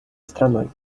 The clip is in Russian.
страной